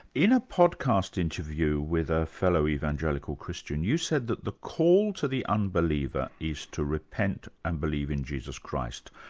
in a podcast interview with a fellow-evangelical christian, you said that the call to the unbeliever is to repent and believe in jesus christ.